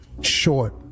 short